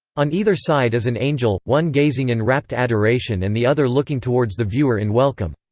on either side is an angel, one gazing in rapt adoration and the other looking towards the viewer in welcome.